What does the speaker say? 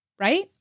right